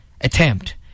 attempt